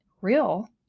real